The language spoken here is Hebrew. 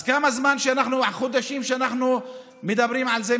אז כמה חודשים שאנחנו מדברים על זה,